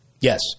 Yes